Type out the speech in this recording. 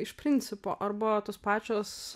iš principo arba tos pačios